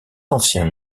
ancien